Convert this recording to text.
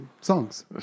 songs